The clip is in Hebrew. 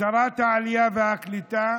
שרת העלייה והקליטה